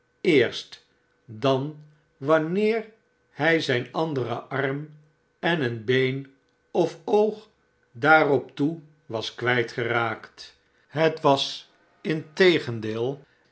eerst dan wanneer hij zijn andere arm en een been of oog daarop toe was kwijt geraakt het was integendeel